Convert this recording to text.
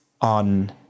on